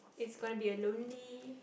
it' gonna be a lonely